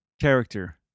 character